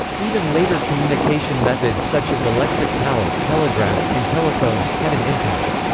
even later communication methods such as electric power, telegraph, and telephones, had an impact.